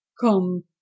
Come